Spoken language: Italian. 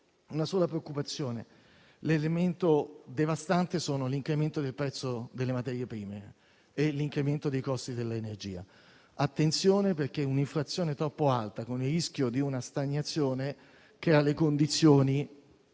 una sola preoccupazione. L'elemento devastante è l'incremento del prezzo delle materie prime e dei costi dell'energia. Bisogna prestare attenzione perché un'inflazione troppo alta, con il rischio di una stagnazione, crea le condizioni